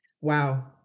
Wow